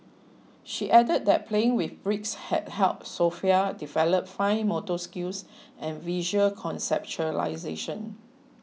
she added that playing with bricks had helped Sofia develop fine motor skills and visual conceptualisation